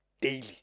Daily